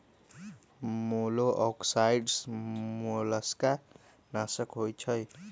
मोलॉक्साइड्स मोलस्का नाशक होइ छइ